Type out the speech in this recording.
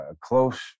close